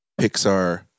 pixar